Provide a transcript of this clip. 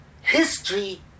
history